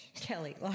Kelly